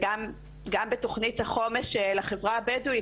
גם בתוכנית החומש לחברה הבדווית,